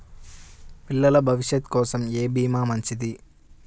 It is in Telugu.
పిల్లల భవిష్యత్ కోసం ఏ భీమా మంచిది?